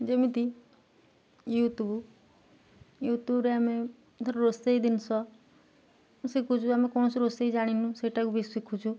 ଯେମିତି ୟୁଟ୍ୟୁବ ୟୁଟ୍ୟୁବରେ ଆମେ ଧର ରୋଷେଇ ଜିନିଷ ଶିଖୁଚୁ ଆମେ କୌଣସି ରୋଷେଇ ଜାଣିନୁ ସେଇଟାକୁ ବି ଶିଖୁଛୁ